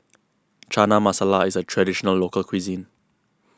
Chana Masala is a Traditional Local Cuisine